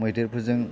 मैदेरफोरजों